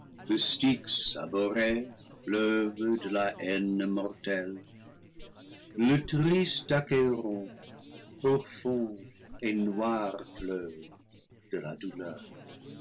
de la haine mortelle le triste achéron profond et noir fleuve de la douleur